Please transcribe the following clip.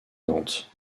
nantes